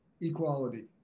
equality